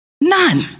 none